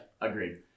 agreed